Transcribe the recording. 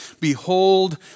Behold